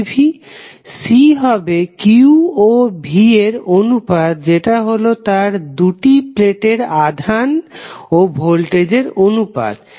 C হবে q ও V এর অনুপাত যেটা হলো তার দুটি প্লেটের আধান ও ভোল্টেজের অনুপাত